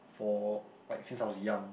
for like since I was young